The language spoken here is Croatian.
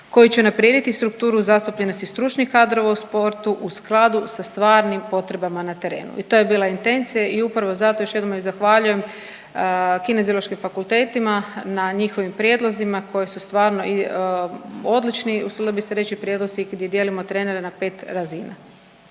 koji će unaprijediti strukturu zastupljenosti stručnih kadrova u sportu u skladu sa stvarnim potrebama na terenu i to je bila intencija i upravo zato još jednom zahvaljujem kineziološkim fakultetima na njihovim prijedlozima koji su stvarno odlični, usudila bih se reći, .../Govornik se ne razumije./... di dijelimo trenere na 5 razina.